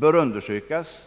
undersökas.